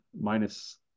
minus